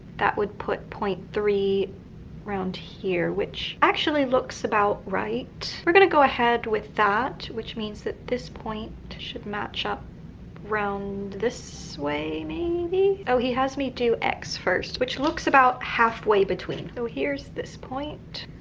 that would put point three around here, which actually looks about right. we're going to go ahead with that, which means that this point should match up round this way, maybe. oh, he has me do x first, which looks about halfway between. oh, here's this point.